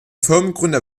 firmengründer